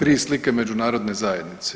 Tri slike međunarodne zajednice.